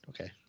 Okay